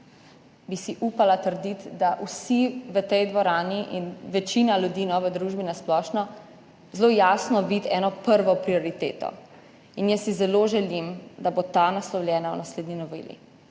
bi si upala trditi, da vsi v tej dvorani in večina ljudi v družbi na splošno zelo jasno vidi eno prvo prioriteto. Jaz si zelo želim, da bo ta naslovljena v naslednji noveli,